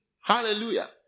Hallelujah